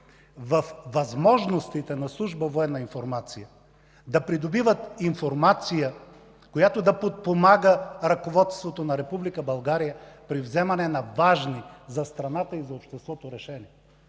във възможностите на Служба „Военна информация” да придобиват информация, която да подпомага ръководството на Република България при вземане на важни за страната и за обществото решения.